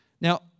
Now